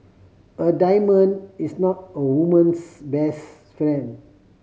a diamond is not a woman's best friend